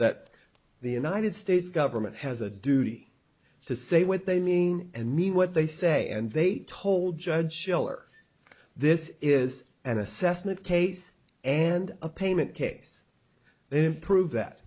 that the united states government has a duty to say what they mean and mean what they say and they told judge schiller this is an assessment case and a payment case then prove that